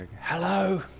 Hello